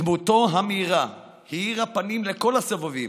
דמותו המאירה האירה פנים לכל הסובבים,